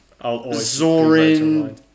Zorin